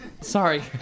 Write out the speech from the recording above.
sorry